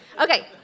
Okay